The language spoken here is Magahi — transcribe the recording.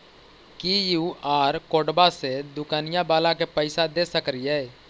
कियु.आर कोडबा से दुकनिया बाला के पैसा दे सक्रिय?